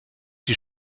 die